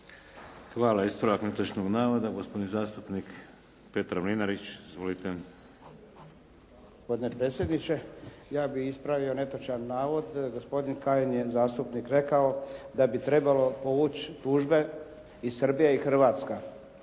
Hvala. Ispravak netočnog navoda gospodin zastupnik Petar Mlinarić. Izvolite. **Mlinarić, Petar (HDZ)** Gospodine predsjedniče, ja bih ispravio netočan navod. Gospodin Kajin je zastupnik rekao da bi trebala povući tužbe i Srbija i Hrvatska.